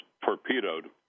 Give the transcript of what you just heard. torpedoed